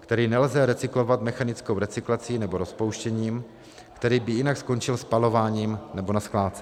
který nelze recyklovat mechanickou recyklací nebo rozpouštěním, který by jinak skončil spalováním nebo na skládce.